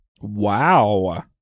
Wow